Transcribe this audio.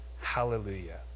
Hallelujah